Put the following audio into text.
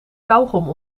kauwgom